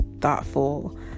thoughtful